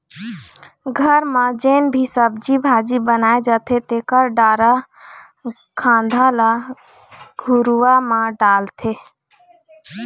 घर म जेन भी सब्जी भाजी बनाए जाथे तेखर डारा खांधा ल घुरूवा म डालथे